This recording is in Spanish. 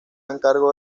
encargo